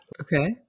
okay